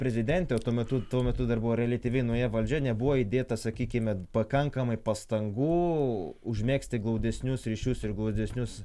prezidentė o tuo metu tuo metu dar buvo reliatyviai nauja valdžia nebuvo įdėta sakykime pakankamai pastangų užmegzti glaudesnius ryšius ir glaudesnius